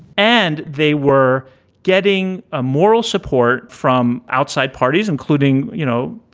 and they were getting a moral support from outside parties, including, you know,